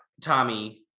Tommy